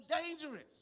dangerous